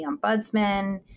Ombudsman